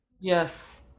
Yes